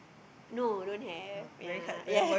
no don't have ya yeah